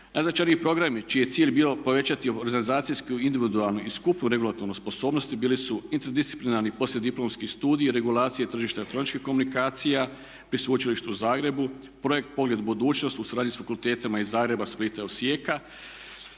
Najznačajniji programi čiji je cilj bio povećati organizacijsku, individualnu i skupnu regulatornu sposobnost bili su interdisciplinarni poslijediplomski studiji regulacije tržišta elektroničkih komunikacija pri Sveučilištu u Zagrebu, projekt Pogled budućnosti u suradnji s fakultetima iz Zagreba, Splita i Osijeka,